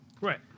Right